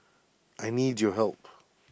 I need your help